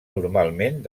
normalment